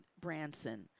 Branson